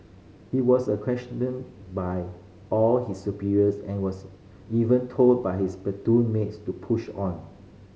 he was a questioned by all his superiors and was even told by his platoon mates to push on